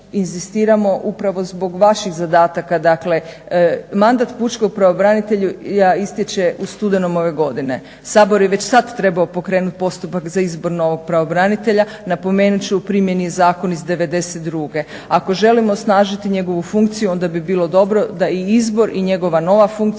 zbog vaših zadataka. Dakle, mandat pučkom pravobranitelju ističe u studenom ove godine, Sabor je već sada trebao pokrenuti postupak za izbor novog pravobranitelja. Napomenut ću u primjeni je zakon iz '92. Ako želimo osnažiti njegovu funkciju onda bi bilo dobro da i izbor i da novoizabarani